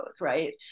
right